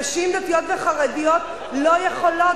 נשים דתיות וחרדיות לא יכולות,